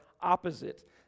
opposite